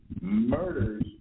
murders